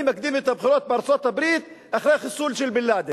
אני מקדים את הבחירות בארצות-הברית אחרי החיסול של בן-לאדן,